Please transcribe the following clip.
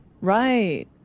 Right